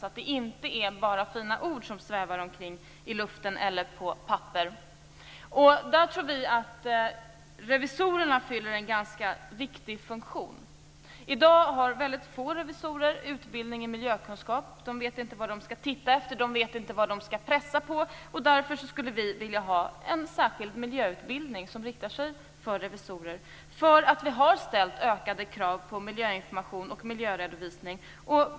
Det skall inte bara vara fina ord som svävar omkring i luften eller på papper. Där tror vi att revisorerna fyller en ganska viktig funktion. I dag har väldigt få revisorer utbildning i miljökunskap. De vet inte vad de skall titta efter. De vet inte vad de skall pressa på. Därför skulle vi vilja ha en särskild miljöutbildning som riktar sig till revisorer. Vi har ju ställt ökade krav på miljöinformation och miljöredovisning.